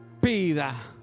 pida